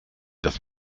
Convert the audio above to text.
dass